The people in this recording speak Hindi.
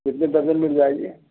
कितने दर्जन मिल जाएंगे